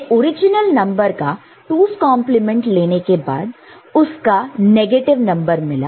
हमें original number का 2's complement 2's complement लेने के बाद उसका नेगेटिव नंबर मिला